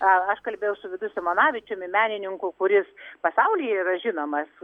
a aš kalbėjau su vidu simonavičiumi menininku kuris pasaulyje yra žinomas